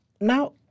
Now